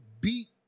beat